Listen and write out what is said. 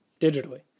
digitally